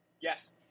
Yes